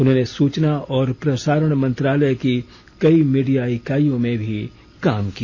उन्होंने सूचना और प्रसारण मंत्रालय की कई मीडिया इकाईयों में काम किया